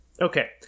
Okay